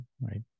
right